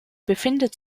befindet